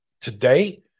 today